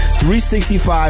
365